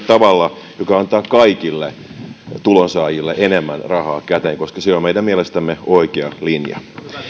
tavalla joka antaa kaikille tulonsaajille enemmän rahaa käteen koska se on meidän mielestämme oikea linja